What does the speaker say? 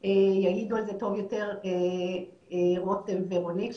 יעידו על זה טוב יותר רותם ורונית,